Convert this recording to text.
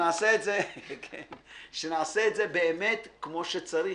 שנעשה את זה באמת כמו שצריך.